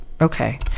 okay